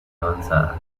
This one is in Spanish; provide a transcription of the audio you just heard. avanzada